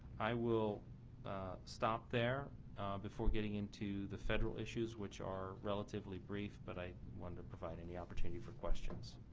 i will stop there before getting into the federal issues which are relatively brief, but i wanted to provide any opportunity for questions.